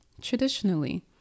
traditionally